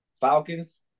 Falcons